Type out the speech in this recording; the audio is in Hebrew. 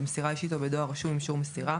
במסירה אישית או בדואר רשום עם אישור מסירה,